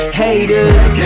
haters